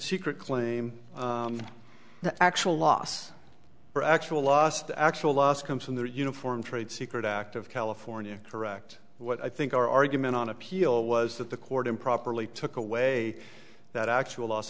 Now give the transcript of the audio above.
secret claim actual loss or actual loss the actual loss comes from the uniform trade secret act of california correct what i think our argument on appeal was that the court improperly took away that actual os